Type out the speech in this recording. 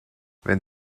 wenn